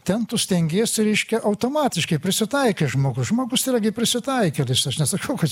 ten tu stengiesi reiškia automatiškai prisitaikė žmogus žmogus irgi prisitaikėlis aš nesakau kad